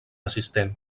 assistent